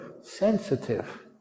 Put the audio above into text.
sensitive